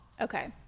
Okay